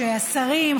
השרים,